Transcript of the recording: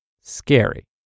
scary